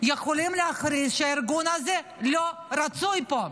יכולים להכריז שהארגון הזה לא רצוי פה.